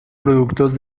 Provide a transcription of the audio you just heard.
productos